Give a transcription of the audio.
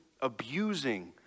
abusing